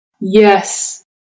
yes